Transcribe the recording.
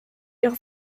ihre